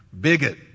bigot